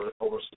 over